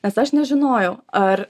nes aš nežinojau ar